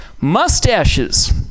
Mustaches